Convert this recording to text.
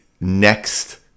next